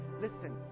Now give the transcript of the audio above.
listen